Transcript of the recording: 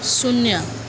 शून्य